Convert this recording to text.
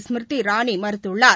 Smriti இரானிமறுத்துள்ளார்